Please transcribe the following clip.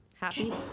Happy